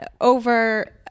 over